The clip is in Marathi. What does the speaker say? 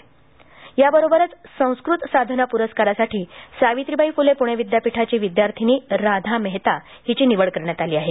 तसंच संस्कृत साधना पुरस्कारासाठी सावित्रीबाई फुले पुणे विद्यापीठाची विद्यार्थीनी राधा मेहता हीची निवड करण्यात आली आहे